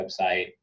website